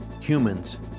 humans